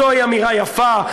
זוהי אמירה יפה?